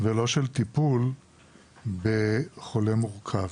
ולא של טיפול בחולה מורכב.